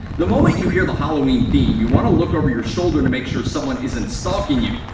the moment you hear the halloween theme, you want to look over your shoulder to make sure someone isn't stalking you.